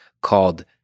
called